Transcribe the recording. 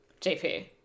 JP